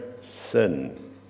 sin